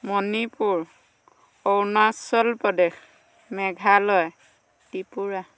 Manipur Arunachal Pradesh Meghalaya Tripura